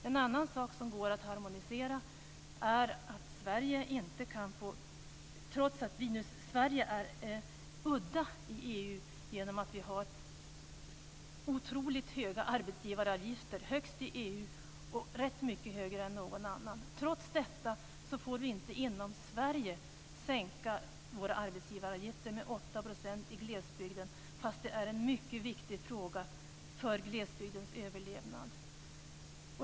Ett annat exempel på att det går att harmonisera är att vi inom Sverige - trots att vi är udda i EU genom att vi har otroligt höga arbetsgivaravgifter, högst i EU och rätt mycket högre än någon annan - inte får sänka våra arbetsgivaravgifter med 8 % i glesbygden, trots att det är en mycket viktig fråga för glesbygdens överlevnad.